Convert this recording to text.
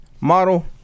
model